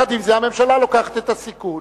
עם זה, הממשלה לוקחת את הסיכון